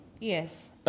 Yes